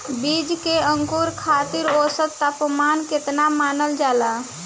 बीज के अंकुरण खातिर औसत तापमान केतना मानल जाला?